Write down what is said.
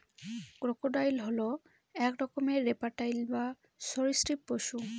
crocodile হল এক রকমের রেপ্টাইল বা সরীসৃপ পশু